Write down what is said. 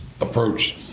approach